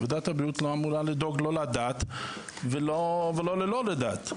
ועדת הבריאות לא אמורה לדאוג, לא לדת ולא ללא דת.